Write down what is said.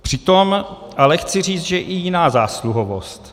Přitom ale chci říci, že je i jiná zásluhovost.